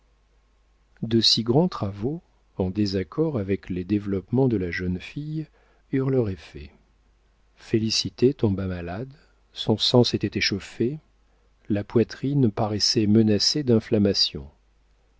de si grands travaux en désaccord avec les développements de la jeune fille eurent leur effet félicité tomba malade son sang s'était échauffé la poitrine paraissait menacée d'inflammation